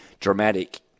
dramatic